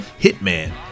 Hitman